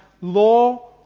law